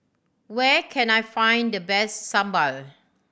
where can I find the best sambal